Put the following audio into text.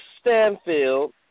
Stanfield